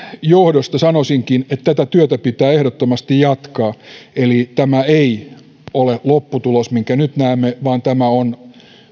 johdosta sanoisinkin että tätä työtä pitää ehdottomasti jatkaa eli tämä ei ole lopputulos minkä nyt näemme vaan tämä on